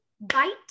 bite